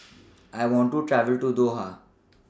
I want to travel to Doha